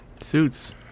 suits